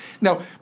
Now